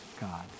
God